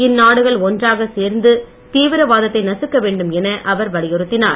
இந்நாடுகள் ஒன்றாக சேர்ந்து தீவிரவாதத்தை நசுக்க வேண்டும் என அவர் வலியுறுத்தினார்